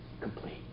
complete